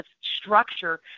structure